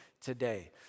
today